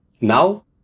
Now